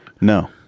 No